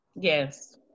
Yes